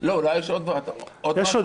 יש עוד דברים.